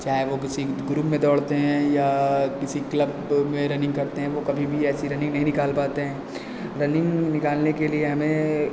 चाहे वह किसी ग्रुप में दौड़ते हैं या किसी क्लब में रनिंग करते हैं वह कभी भी ऐसी रनिंग नहीं निकाल पाते हैं रनिंग निकालने के लिए हमें